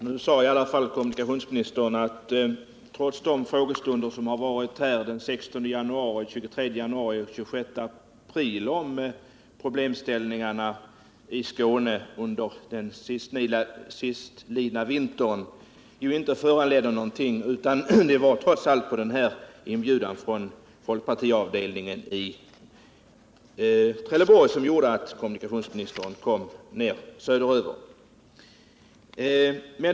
Nu sade i alla fall kommunikationsministern att de frågestunder om problemen i Skåne under den sistlidna vintern som vi har haft här i riksdagen den 16 januari, den 23 januari och den 26 april inte har föranlett någonting, utan att det trots allt var den här inbjudan från folkpartiavdelningen i Trelleborg som gjorde att kommunikationsministern kom ner till Skåne.